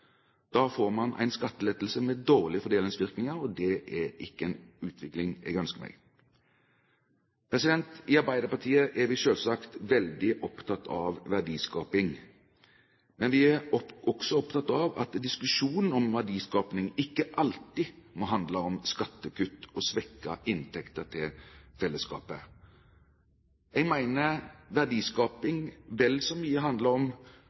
Da får man en skattelettelse med dårlige fordelingsvirkninger, og det er ikke en utvikling som jeg ønsker meg. I Arbeiderpartiet er vi selvsagt veldig opptatt av verdiskaping, men vi er også opptatt av at diskusjonen om verdiskaping ikke alltid må handle om skattekutt og svekkede inntekter til fellesskapet. Jeg mener verdiskaping vel så mye handler om